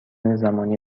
زمانی